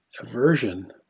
aversion